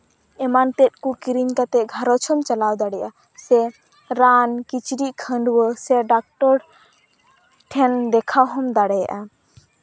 ᱮᱢᱟᱱᱛᱮᱫ ᱠᱚ ᱠᱤᱨᱤᱧ ᱠᱟᱛᱮ ᱜᱷᱟᱸᱨᱚᱡᱽ ᱦᱚᱸᱢ ᱪᱟᱞᱟᱣ ᱫᱟᱲᱮᱭᱟᱜᱼᱟ ᱥᱮ ᱨᱟᱱ ᱠᱤᱪᱨᱤᱪᱼᱠᱷᱟᱺᱰᱣᱟᱹᱜ ᱥᱮ ᱰᱟᱠᱴᱚᱨ ᱴᱷᱮᱱ ᱫᱮᱠᱷᱟᱣ ᱦᱚᱸᱢ ᱫᱟᱲᱮᱭᱟᱜᱼᱟ